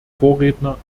vorredner